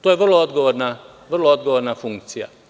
To je vrlo odgovorna funkcija.